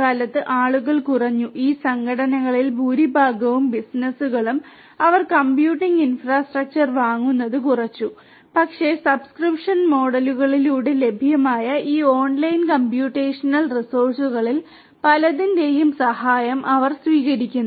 കാലത്ത് ആളുകൾ കുറഞ്ഞു ഈ സംഘടനകളിൽ ഭൂരിഭാഗവും ബിസിനസ്സുകളും അവർ കമ്പ്യൂട്ടിംഗ് ഇൻഫ്രാസ്ട്രക്ചർ വാങ്ങുന്നത് കുറച്ചു പക്ഷേ സബ്സ്ക്രിപ്ഷൻ മോഡലുകളിലൂടെ ലഭ്യമായ ഈ ഓൺലൈൻ കമ്പ്യൂട്ടേഷണൽ റിസോഴ്സുകളിൽ പലതിന്റെയും സഹായം അവർ സ്വീകരിക്കുന്നു